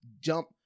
jump